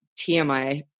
TMI